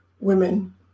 women